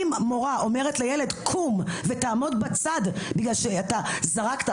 אם מורה אומרת לילד - קום ותעמוד בצד בגלל שאתה זרקת.